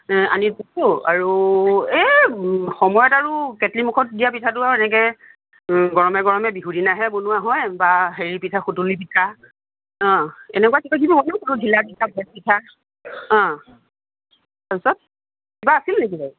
আনি থৈছোঁ আৰু এই সময়ত আৰু কেটলি মূখত দিয়া পিঠাটো এনেকৈ গৰমে গৰমে বিহু দিনাহে বনোৱা হয় বা হেৰী পিঠা সুতুলী পিঠা এনেকুৱা কিবা কিবি বনাম আৰু ঘিলা পিঠা বৰ পিঠা তাৰ পিছত কিবা আছিল নেকি বাৰু